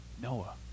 Noah